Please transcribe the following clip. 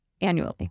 annually